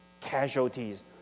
casualties